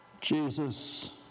Jesus